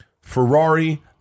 Ferrari